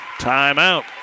timeout